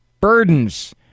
burdens